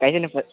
कैसे नहि